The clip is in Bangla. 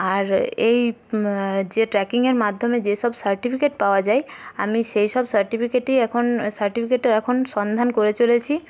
আর এই যে ট্রেকিংয়ের মাধ্যমে যেসব সার্টিফিকেট পাওয়া যায় আমি সেই সব সার্টিফিকেটই এখন সার্টিফিকেটের এখন সন্ধান করে চলেছি